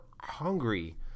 hungry